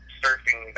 surfing